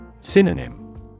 Synonym